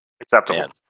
acceptable